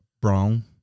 brown